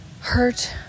hurt